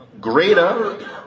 greater